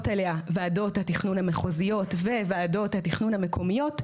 אליה: ועדות התכנון המחוזיות וועדות התכנון המקומיות,